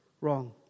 wrong